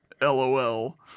LOL